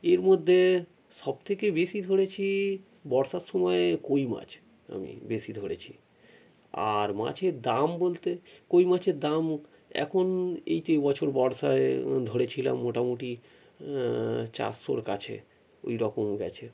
এর মধ্যে সবথেকে বেশি ধরেছি বর্ষার সময়ে কই মাছ আমি বেশি ধরেছি আর মাছের দাম বলতে কই মাছের দাম এখন এই তো এ বছর বর্ষায় ধরেছিলাম মোটামুটি চারশোর কাছে ওই রকম গিয়েছে